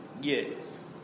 Yes